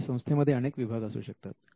एखाद्या संस्थेमध्ये अनेक विभाग असू शकतात